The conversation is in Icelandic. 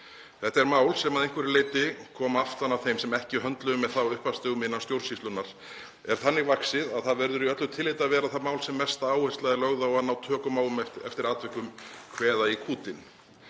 Þetta er mál sem kom að einhverju leyti aftan að þeim sem ekki höndluðu með það á upphafsstigum innan stjórnsýslunnar og er þannig vaxið að það verður í öllu tilliti að vera það mál sem mest áhersla er lögð á að ná tökum á og eftir atvikum kveða í kútinn.